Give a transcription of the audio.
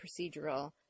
procedural